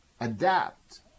adapt